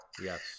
yes